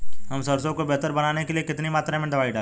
हम सरसों को बेहतर बनाने के लिए कितनी मात्रा में दवाई डालें?